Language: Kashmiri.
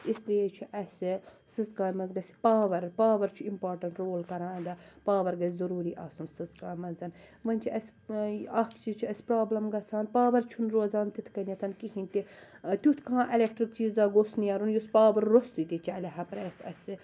اسلیے چھُ اسہِ سٕژٕ کامہ منٛز گَژھہِ پاور پاور چھُ اِمپاٹنٹ رول کران ادا پاور گَژھہِ ضروری اسُن سٕژٕ کامہ منٛز وۄنۍ چھُ اسہِ اکھ چیٖز چھُ اسہِ پرابلِم گژھان پاور چھُنہٕ روزان تِتھ کَنیٚتھ کہیٖنۍ تہِ تیُتھ کانٛہہ اِلیٚکٹرک چیٖز گوٚژھ نیرُن یُس پاور روٚستٕے تہِ چَلہِ ہا پریٚس اسہِ